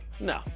No